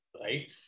right